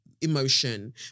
emotion